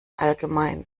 allgemein